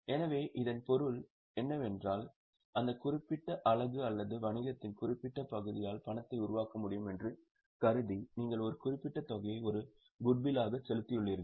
எனவே இதன் பொருள் என்னவென்றால் அந்த குறிப்பிட்ட அலகு அல்லது வணிகத்தின் குறிப்பிட்ட பகுதியால் பணத்தை உருவாக்க முடியும் என்று கருதி நீங்கள் ஒரு குறிப்பிட்ட தொகையை ஒரு குட்வில்லாக செலுத்தியுள்ளீர்கள்